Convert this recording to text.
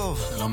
החוקים.